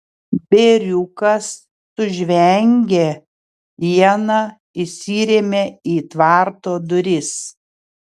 bėriukas sužvengė iena įsirėmė į tvarto duris